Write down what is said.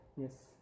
yes